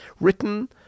written